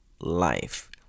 life